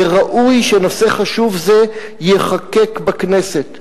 וראוי שנושא חשוב זה ייחקק בכנסת.